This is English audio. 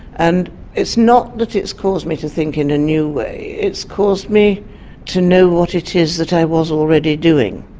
and it's not that it's caused me to think in a new way, it's caused me to know what it is that i was already doing.